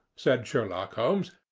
said sherlock holmes.